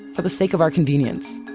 for the sake of our convenience.